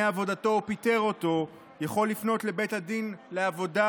עבודתו או פיטר אותו יכול לפנות לבית הדין לעבודה